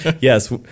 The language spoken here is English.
yes